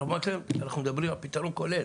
אנחנו מדברים על פיתרון כולל.